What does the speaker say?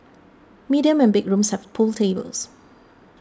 medium and big rooms have pool tables